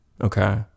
Okay